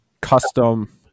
custom